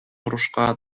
урушка